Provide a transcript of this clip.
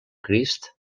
crist